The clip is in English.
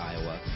Iowa